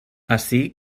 ací